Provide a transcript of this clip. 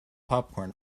popcorn